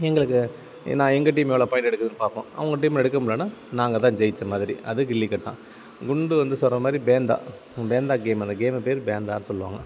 எங்களுக்கு நான் எங்கள் டீம் எவ்வளோ பாயிண்ட் எடுக்குதுன்னு பார்ப்போம் அவங்கள் டீம் எடுக்கமுடில்லனா நாங்கதான் ஜெயிச்சமாதிரி அது கில்லிக்கட்டம் குண்டு வந்து சொல்றமாதிரி பேந்தா பேந்தா கேம் அந்த கேம் பேர் பேந்தான்னு சொல்லுவாங்க